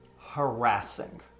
harassing